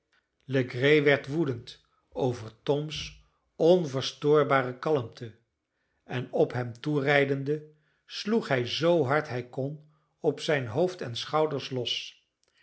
legree werd woedend over toms onverstoorbare kalmte en op hem toerijdende sloeg hij zoo hard hij kon op zijn hoofd en schouders los